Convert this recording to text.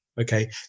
Okay